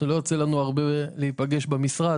לא יוצא לנו להיפגש הרבה במשרד,